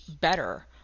better